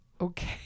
Okay